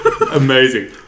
amazing